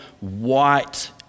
white